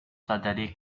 suddenly